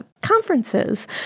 conferences